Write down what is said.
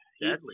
deadly